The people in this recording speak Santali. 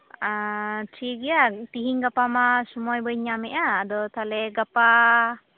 ᱴᱷᱤᱠᱜᱮᱭᱟ ᱛᱤᱦᱤᱧ ᱜᱟᱯᱟ ᱢᱟ ᱥᱚᱢᱚᱭ ᱵᱟᱹᱧ ᱧᱟᱢᱮᱫᱼᱟ ᱟᱫᱚ ᱛᱟᱦᱚᱞᱮ ᱜᱟᱯᱟ